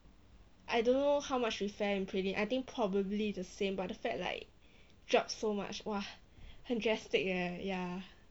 I don't know how much we fair in prelim I think probably the same but the fact that like drop so much !wah! 很 drastic eh ya